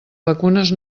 vacunes